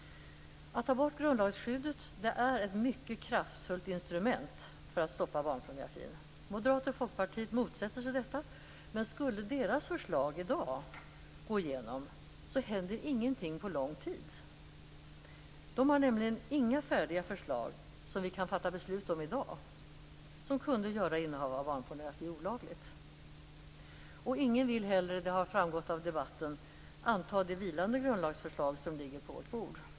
Att ta bort grundlagsskyddet är ett mycket kraftfullt instrument för att stoppa barnpornografin. Moderaterna och Folkpartiet motsätter sig detta. Men om deras förslag skulle gå igenom i dag händer ingenting under långt tid. De har nämligen inga färdiga förslag som vi kan fatta beslut om i dag som kan göra innehav av barnpornografi olagligt. Det har också framgått av debatten att ingen vill anta det vilande grundlagsförslaget som ligger på vårt bord.